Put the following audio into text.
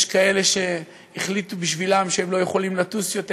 יש כאלה שהחליטו בשבילם שהם לא יכולים לטוס יותר,